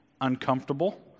uncomfortable